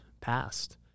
past